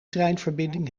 treinverbinding